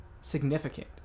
significant